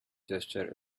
gesture